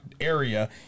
area